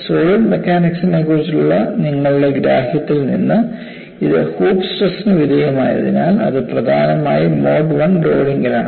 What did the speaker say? solid മെക്കാനിക്സിനെക്കുറിച്ചുള്ള നിങ്ങളുടെ ഗ്രാഹ്യത്തിൽ നിന്ന് ഇത് ഹൂപ്പ് സ്ട്രെസ്ന് വിധേയമായതിനാൽ അത് പ്രധാനമായും മോഡ് 1 ലോഡിംഗിലാണ്